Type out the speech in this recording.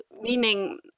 meaning